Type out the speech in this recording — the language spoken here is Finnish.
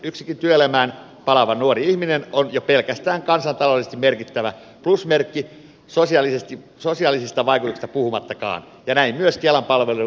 yksikin työelämään palaava nuori ihminen on jo pelkästään kansantaloudellisesti merkittävä plusmerkki sosiaalisista vaikutuksista puhumattakaan näin myös kelan palvelujen ulkopuolella